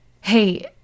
Hey